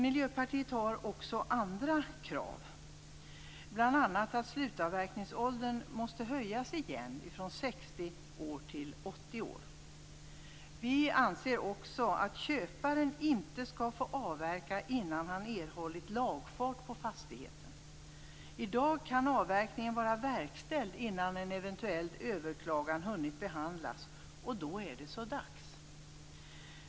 Miljöpartiet har också andra krav, bl.a. att slutavverkningsåldern måste höjas igen från 60 år till 80 år. Vi anser också att köparen inte skall få avverka innan han erhållit lagfart på fastigheten. I dag kan avverkningen vara verkställd innan ett eventuellt överklagande hunnit behandlas, och då är det så dags.